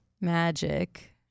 Magic